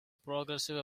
progressive